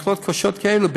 בפרט למחלות קשות כאלה,